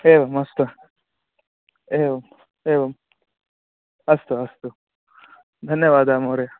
एवम् अस्तु एवम् एवम् अस्तु अस्तु धन्यवादः महोदय